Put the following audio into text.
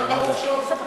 תעשה שוויון בחופשות.